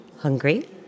Hungry